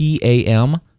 PAM